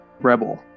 Rebel